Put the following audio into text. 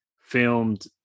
filmed